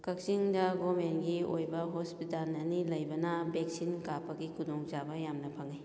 ꯀꯛꯆꯤꯡꯗ ꯒꯣꯔꯃꯦꯟꯒꯤ ꯑꯣꯏꯕ ꯍꯣꯁꯄꯤꯇꯥꯜ ꯑꯅꯤ ꯂꯩꯕꯅ ꯚꯦꯛꯁꯤꯟ ꯀꯥꯞꯄꯒꯤ ꯈꯨꯗꯣꯡꯆꯥꯕ ꯌꯥꯝꯅ ꯐꯪꯉꯤ